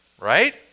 right